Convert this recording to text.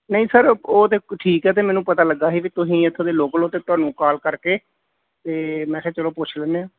ਨਹੀਂ ਸਰ ਉਹ ਦੇ ਠੀਕ ਹੈ ਅਤੇ ਮੈਨੂੰ ਪਤਾ ਲੱਗਿਆ ਸੀ ਵੀ ਤੁਸੀਂ ਇੱਥੋਂ ਦੇ ਲੋਕਲ ਹੋ ਅਤੇ ਤੁਹਾਨੂੰ ਕਾਲ ਕਰਕੇ ਤਾਂ ਮੈਂ ਕਿਹਾ ਚਲੋ ਪੁੱਛ ਲੈਂਦੇ ਹਾਂ